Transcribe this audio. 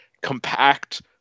compact